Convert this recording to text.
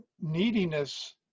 neediness